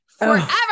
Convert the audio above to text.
Forever